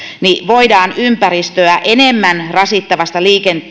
niin voidaan ympäristöä enemmän rasittavasta